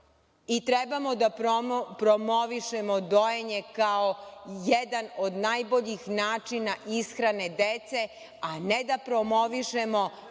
da promovišemo dojenje kao jedan od najboljih načina ishrane dece, a ne da promovišemo